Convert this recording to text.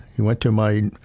and went to my,